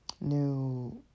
new